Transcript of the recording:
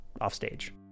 offstage